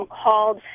called